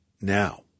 now